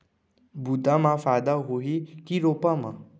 बुता म फायदा होही की रोपा म?